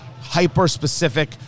hyper-specific